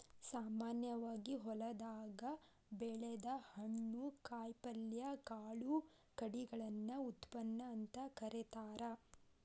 ಸಾಮಾನ್ಯವಾಗಿ ಹೊಲದಾಗ ಬೆಳದ ಹಣ್ಣು, ಕಾಯಪಲ್ಯ, ಕಾಳು ಕಡಿಗಳನ್ನ ಉತ್ಪನ್ನ ಅಂತ ಕರೇತಾರ